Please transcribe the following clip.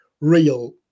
real